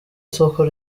isoko